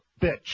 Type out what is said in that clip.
bitch